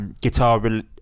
guitar